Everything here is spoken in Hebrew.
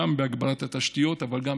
גם בהגברת התשתיות אבל גם,